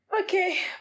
Okay